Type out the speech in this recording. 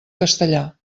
castellà